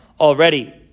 already